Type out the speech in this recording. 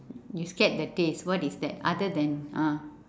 you scared the taste what is that other than ah